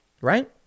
right